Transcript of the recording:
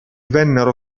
vennero